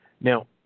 now